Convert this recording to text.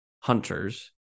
hunters